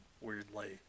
weirdly